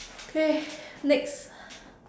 okay next